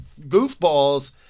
goofballs